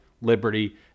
liberty